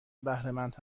بهرهمند